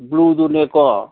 ꯕ꯭ꯂꯨꯗꯨꯅꯦꯀꯣ